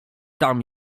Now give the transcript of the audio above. tam